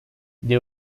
they